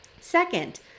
second